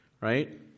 right